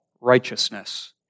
righteousness